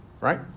right